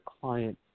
client